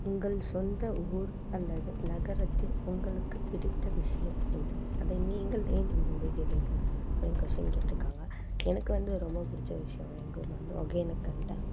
உங்கள் சொந்த ஊர் அல்லது நகரத்தில் உங்களுக்கு பிடித்த விஷயம் எது அதை நீங்கள் ஏன் விரும்புகிறீர்கள் அப்படின்னு கொஸின் கேட்டிருக்காங்க எனக்கு வந்து ரொம்ப பிடிச்ச விஷயம் எங்கள் ஊரில் வந்து ஒகேனக்கல் டேம்